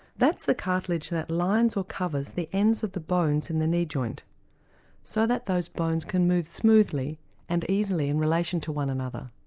that's the cartilage that lines or covers the ends of the bones in the knee joint so that those bones can move smoothly and easily in relation to one another.